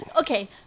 okay